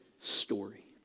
story